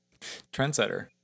trendsetter